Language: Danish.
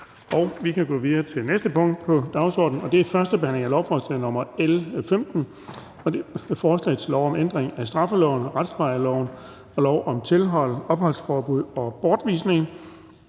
vedtaget. --- Det næste punkt på dagsordenen er: 3) 1. behandling af lovforslag nr. L 15: Forslag til lov om ændring af straffeloven, retsplejeloven og lov om tilhold, opholdsforbud og bortvisning.